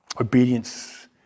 Obedience